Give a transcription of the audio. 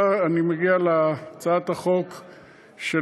ואני מגיע להצעות החוק שלכם.